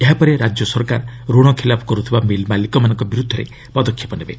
ଏହାପରେ ରାଜ୍ୟ ସରକାର ଋଣ ଖିଲାପ କରୁଥିବା ମିଲ୍ ମାଲିକମାନଙ୍କ ବିରୁଦ୍ଧରେ ପଦକ୍ଷେପ ନେବେ